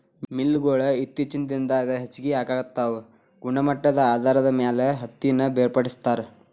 mill ಗೊಳು ಇತ್ತೇಚಿನ ದಿನದಾಗ ಹೆಚಗಿ ಆಗಾಕತ್ತಾವ ಗುಣಮಟ್ಟದ ಆಧಾರದ ಮ್ಯಾಲ ಹತ್ತಿನ ಬೇರ್ಪಡಿಸತಾರ